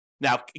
Now